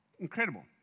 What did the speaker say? Incredible